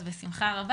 אז בשמחה רבה,